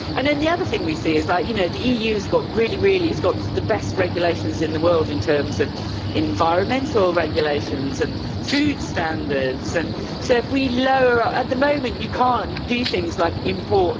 and then the other thing we see is like, you know, the eu's got really, really, it's got the best regulations in the world in terms of environmental regulations and food standards. and so if we lower, at the moment you can't do things like import